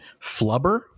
flubber